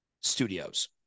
studios